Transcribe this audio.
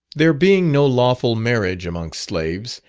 there being no lawful marriage amongst slaves,